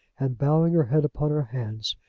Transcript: and, bowing her head upon her hands,